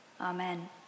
Amen